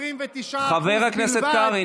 חבר הכנסת קרעי.